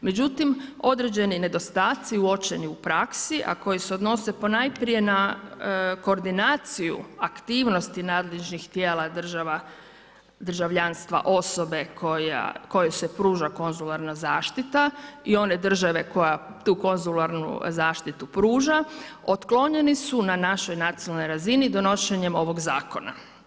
Međutim, određeni nedostaci uočeni u praksi a koji se odnose ponajprije na koordinaciju aktivnosti nadležnih tijela država državljanstva osobe kojoj se pruža konzularna zaštita i one države koja tu konzularnu zaštitu pruža, otklonjeni su na našoj nacionalnoj razini donošenjem ovog zakona.